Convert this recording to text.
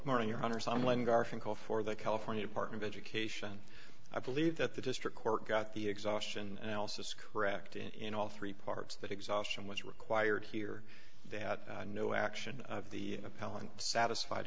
morning your honor someone garfinkel for the california department of education i believe that the district court got the exhaustion else this correct in all three parts that exhaustion was required here that no action of the appellant satisfied